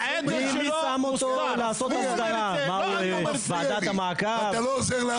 הוא אומר את זה, לא אני אומר את זה.